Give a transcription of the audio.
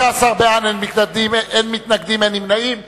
15 בעד, אין מתנגדים ואין נמנעים.